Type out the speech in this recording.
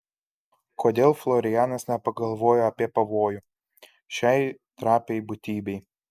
kodėl florianas nepagalvojo apie pavojų šiai trapiai būtybei